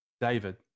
David